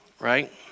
Right